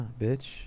bitch